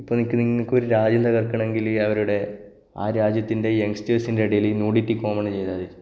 ഇപ്പോൾ എനിക്ക് നിങ്ങൾക്കൊരു രാജ്യം തകര്ക്കണമെങ്കില് ഈ അവരുടെ ആ രാജ്യത്തിന്റെ യങ്ങ്സ്റ്റര്സിന്റെ ഇടയിൽ നൂഡിറ്റി കോമണ് ചെയ്താൽ മതി